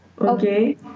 Okay